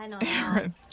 Aaron